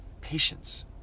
patience